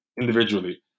individually